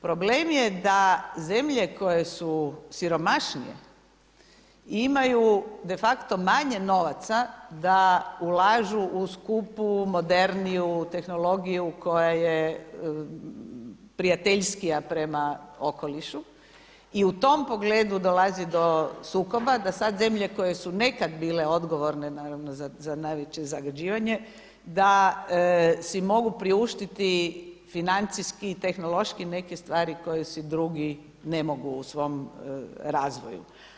Problem je da zemlje koje su siromašnije imaju de facto manje novaca da ulažu u skupu, moderniju tehnologiju koja je prijateljskija prema okolišu i tom pogledu dolazi do sukoba da sada zemlje koje su nekad bile odgovorne naravno za najveće zagađivanje da si mogu priuštiti financijski i tehnološki neke stvari koji si drugi ne mogu u svom razvoju.